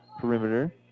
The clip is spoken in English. perimeter